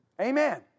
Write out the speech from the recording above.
Amen